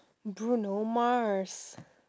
bruno mars